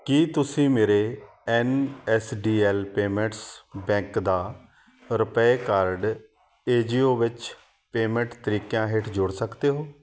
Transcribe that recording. ਕੀ ਤੁਸੀਂਂ ਮੇਰੇ N S D L payments bank ਦਾ ਰੁਪੇ ਕਾਰਡ ਏਜੀਓ ਵਿੱਚ ਪੇਮੈਂਟ ਤਰੀਕਿਆਂ ਹੇਠ ਜੋੜ ਸਕਦੇ ਹੋ